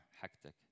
hectic